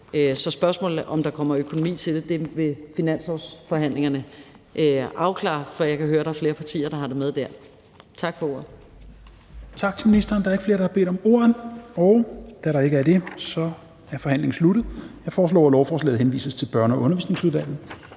Så spørgsmålet, om der kommer økonomi til det, vil finanslovsforhandlingerne afklare, for jeg kan høre, at der er flere partier, der har det med der. Tak for ordet. Kl. 17:21 Fjerde næstformand (Rasmus Helveg Petersen): Tak til ministeren. Der er ikke flere, der har bedt om ordet. Da der ikke er det, er forhandlingen sluttet. Jeg foreslår, at lovforslaget henvises til Børne- og Undervisningsudvalget.